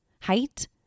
Height